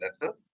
letter